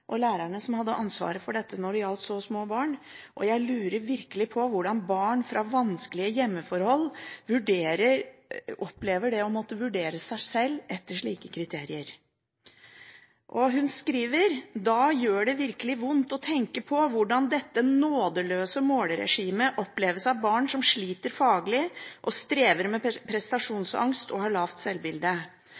og lærerne som hadde ansvaret for dette når det gjelder så små barn, og jeg lurer virkelig på hvordan barn fra vanskelige hjemmeforhold opplever det å måtte vurdere seg sjøl etter slike kriterier. Og hun skriver: «Da gjør det virkelig vondt å tenke på hvordan dette nådeløse målregimet oppleves av barn som sliter faglig eller strever med prestasjonsangst og lavt selvbilde.